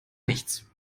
nichts